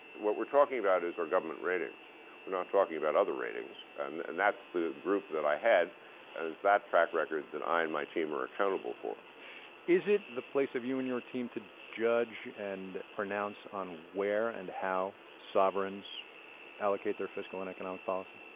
what we're talking is our government ratings we're not talking about other ratings. and and that's the group that i had, and it's that track record that i and my team are accountable for is it the place of you and your team to judge and pronounce on where and how sovereigns allocate their fiscal and economic policy?